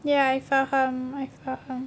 ya I faham I faham